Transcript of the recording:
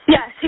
Yes